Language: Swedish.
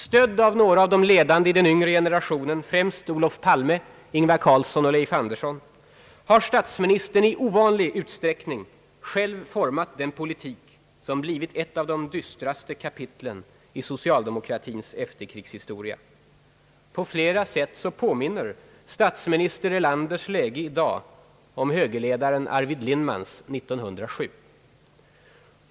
Stödd av några av de ledande i den yngre generationen i sitt parti — främst Olof Palme, Ingvar Carlsson och Leif Andersson — har statsministern i ovanlig utsträckning själv format den politik som blivit ett av de dystraste kapitlen i socialdemokratins efterkrigshistoria. På flera sätt påminner statsminister Erlanders läge i dag om högerledaren Arvid Lindmans 1907.